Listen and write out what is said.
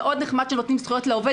מאוד נחמד שנותנים לעובד זכויות,